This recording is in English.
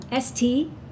ST